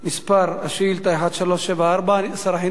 שאילתא מס' 1374. שר החינוך,